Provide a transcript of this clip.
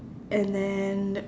and then